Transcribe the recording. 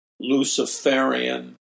Luciferian